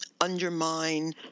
undermine